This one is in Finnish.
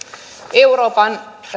euroopan